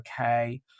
okay